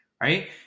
right